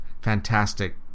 fantastic